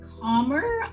calmer